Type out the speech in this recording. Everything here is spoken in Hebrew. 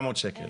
700 שקלים.